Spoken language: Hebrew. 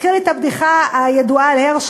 מזכיר לי את הבדיחה הידועה על הרשל'ה,